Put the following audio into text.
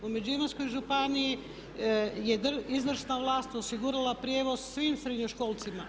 U Međimurskoj županiji je izvršna vlast osigurala prijevoz svim srednjoškolcima.